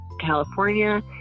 california